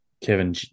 Kevin